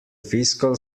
fiscal